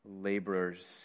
laborers